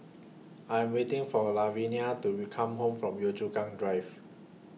I'm waiting For Lavinia to re Come Home from Yio Chu Kang Drive